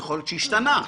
יכול להיות שהשתנה עכשיו.